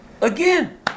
Again